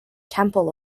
temple